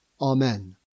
Amen